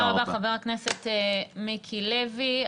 תודה רבה, חבר הכנסת מיקי לוי.